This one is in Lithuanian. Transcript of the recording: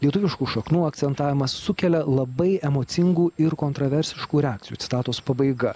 lietuviškų šaknų akcentavimas sukelia labai emocingų ir kontroversiškų reakcijų citatos pabaiga